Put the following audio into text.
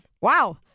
Wow